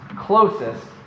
closest